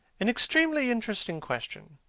an extremely interesting question.